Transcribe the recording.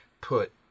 put